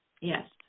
yes